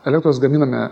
elektros gaminame